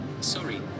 sorry